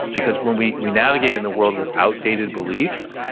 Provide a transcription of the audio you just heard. because when we we navigate in the world with outdated beliefs,